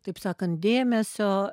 taip sakant dėmesio